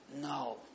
No